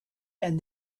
and